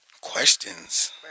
questions